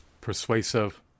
persuasive